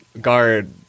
guard